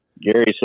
Gary